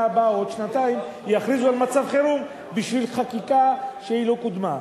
הבאה או בעוד שנתיים יכריזו על מצב חירום בשביל חקיקה שלא קודמה.